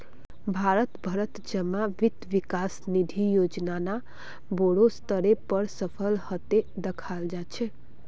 भारत भरत जमा वित्त विकास निधि योजना बोडो स्तरेर पर सफल हते दखाल जा छे